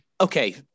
okay